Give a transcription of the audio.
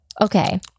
Okay